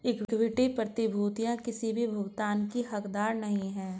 equity प्रतिभूतियां किसी भी भुगतान की हकदार नहीं हैं